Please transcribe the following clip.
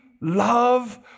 love